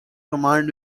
command